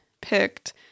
picked